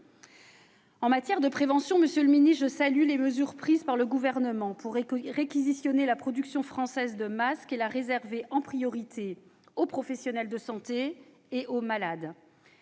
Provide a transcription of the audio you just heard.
En matière de prévention, je salue, monsieur le ministre, les mesures prises par le Gouvernement pour réquisitionner la production française de masques et la réserver en priorité aux professionnels de santé et aux malades